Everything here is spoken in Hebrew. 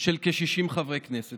של כ-60 חברי כנסת,